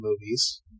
movies